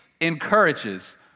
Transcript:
encourages